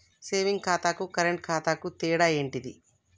Saving ఖాతాకు current ఖాతాకు తేడా ఏంటిది?